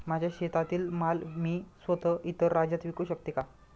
माझ्या शेतातील माल मी स्वत: इतर राज्यात विकू शकते का?